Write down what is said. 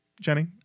Jenny